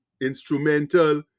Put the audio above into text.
instrumental